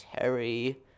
Terry